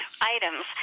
items